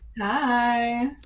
Hi